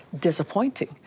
disappointing